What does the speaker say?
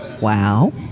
Wow